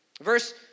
Verse